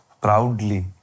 proudly